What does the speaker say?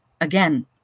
again